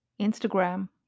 Instagram